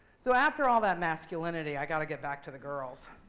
so after all that masculinity, i got to get back to the girls.